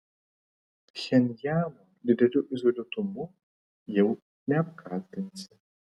pchenjano dideliu izoliuotumu jau neapkaltinsi